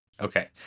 okay